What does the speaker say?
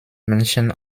menschen